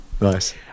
Nice